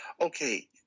okay